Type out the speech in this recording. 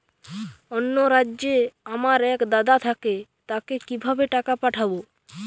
অন্য রাজ্যে আমার এক দাদা থাকে তাকে কিভাবে টাকা পাঠাবো?